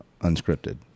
unscripted